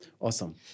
Awesome